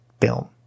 film